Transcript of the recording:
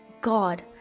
God